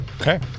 Okay